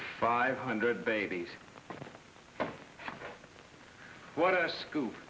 five hundred babies what a scoop